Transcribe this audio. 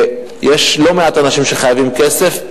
ויש לא מעט אנשים שחייבים כסף.